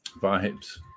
Vibes